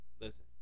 Listen